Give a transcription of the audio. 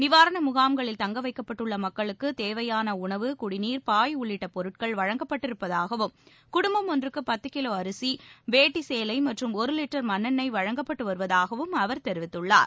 நிவாரண முகாம்களில் தங்க வைக்கப்பட்டுள்ள மக்களுக்குத் தேவையான உணவு குடிநீர் பாய் உள்ளிட்ட பொருட்கள் வழங்கப்பட்டிருப்பதாகவும் குடும்பம் ஒன்றுக்கு பத்து கிலோ அரிசி வேட்டி சேலை மற்றும் ஒரு லிட்டர் மண்ணெண்ணெய் வழங்கப்பட்டு வருவதாகவும் அவர் தெரிவித்துள்ளார்